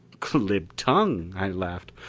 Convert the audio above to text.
glib tongue, i laughed.